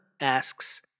asks